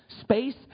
space